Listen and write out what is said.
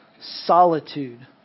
solitude